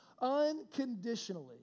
unconditionally